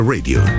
Radio